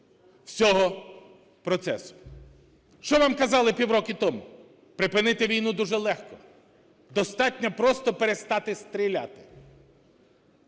всього процесу. Що вам казали півроку тому? Припинити війну дуже легко – достатньо просто перестати стріляти.